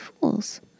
fools